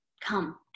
come